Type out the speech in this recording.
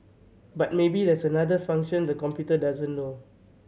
but maybe there's another function the computer doesn't know